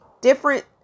different